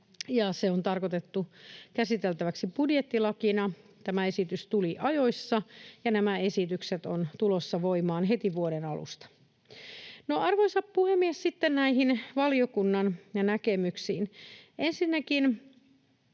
se on tarkoitettu käsiteltäväksi budjettilakina. Tämä esitys tuli ajoissa, ja nämä esitykset ovat tulossa voimaan heti vuoden alusta. Arvoisa puhemies! Sitten näihin valiokunnan näkemyksiin.